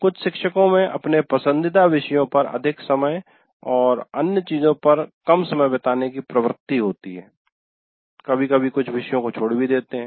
कुछ शिक्षको में अपने पसंदीदा विषयों पर अधिक समय और अन्य चीजों पर कम समय बिताने की प्रवृत्ति होती है कभी कभी कुछ विषयों को छोड़ भी देते हैं